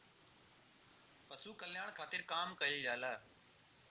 पशु कल्याण खातिर काम कइल जाला